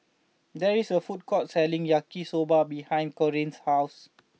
there is a food court selling Yaki Soba behind Corrine's house